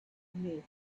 commuting